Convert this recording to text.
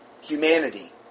humanity